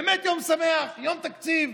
באמת יום שמח, יום תקציב.